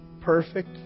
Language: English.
perfect